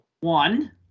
One